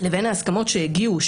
לבין ההסכמות שהגיעו אליהן,